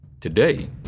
Today